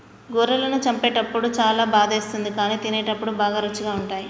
గొర్రెలను చంపేటప్పుడు చాలా బాధేస్తుంది కానీ తినేటప్పుడు బాగా రుచిగా ఉంటాయి